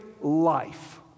life